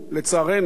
לצערנו,